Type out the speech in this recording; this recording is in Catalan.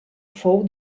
fou